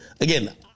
Again